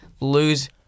lose